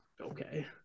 Okay